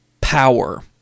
power